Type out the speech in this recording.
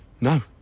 No